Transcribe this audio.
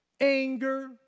anger